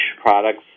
products